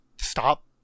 stop